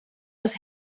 los